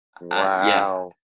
wow